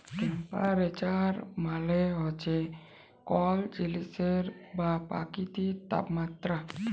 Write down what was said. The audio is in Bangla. টেম্পারেচার মালে হছে কল জিলিসের বা পকিতির তাপমাত্রা